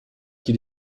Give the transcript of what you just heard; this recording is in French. qui